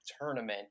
tournament